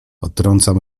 odtrącam